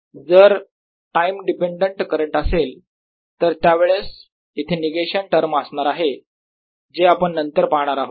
जर time dependent current असेल तर त्यावेळेस इथे निगेशन टर्म असणार आहे जे आपण नंतर पाहणार आहोत